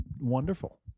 wonderful